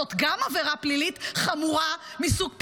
זאת גם עבירה פלילית חמורה מסוג פשע,